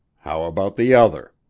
how about the other?